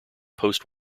post